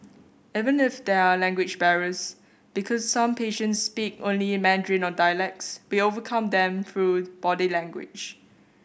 even if there are language barriers because some patients speak only Mandarin or dialects we overcome them through body language